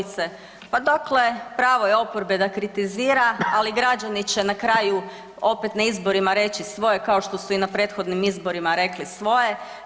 Kolegice, pa dakle pravo je oporbe da kritizira ali građani će na kraju opet na izborima reći svoje kao što su i na prethodnim izborima rekli svoje.